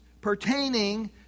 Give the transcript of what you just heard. pertaining